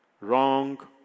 Wrong